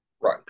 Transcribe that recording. Right